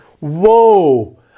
whoa